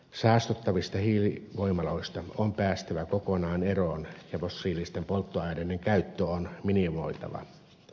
saastuttavista hiilivoimaloista on päästävä kokonaan eroon ja fossiilisten polttoaineiden käyttö on minimoitava